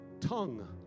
tongue